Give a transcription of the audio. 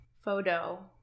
photo